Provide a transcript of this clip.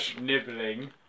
nibbling